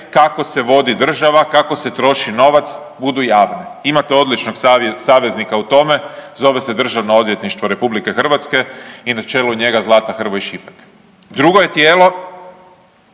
kako se vodi država, kako se troši novac budu javne. Imate odličnog saveznika u tome zove se Državno odvjetništvo RH i na čelu njega Zlata Hrvoj Šipek. Drugo je tijelo